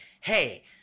hey